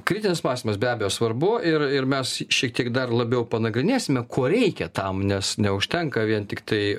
kritinis mąstymas be abejo svarbu ir ir mes šiek tiek dar labiau panagrinėsime ko reikia tam nes neužtenka vien tiktai